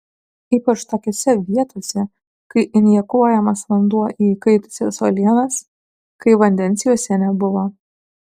ypač tokiose vietose kai injekuojamas vanduo į įkaitusias uolienas kai vandens juose nebuvo